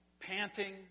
panting